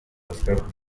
described